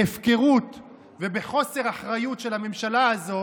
בהפקרות ובחוסר אחריות של הממשלה הזו,